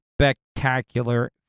spectacular